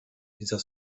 dieser